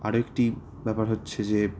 আর একটি ব্যাপার হচ্ছে যে